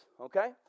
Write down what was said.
okay